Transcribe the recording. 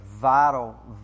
vital